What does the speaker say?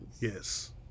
Yes